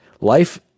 Life